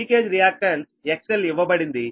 leakage reactance XL ఇవ్వబడింది